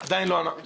עדיין לא ענה.